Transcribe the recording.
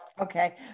Okay